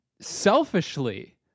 selfishly